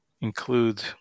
include